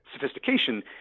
sophistication